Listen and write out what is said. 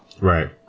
Right